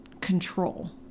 control